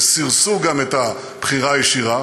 וסירסו גם את הבחירה הישירה